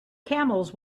camels